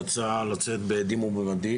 יצא לצאת ב"עדים במדים".